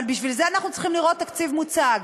אבל בשביל זה אנחנו צריכים לראות תקציב מוצג.